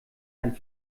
ein